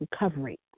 recovery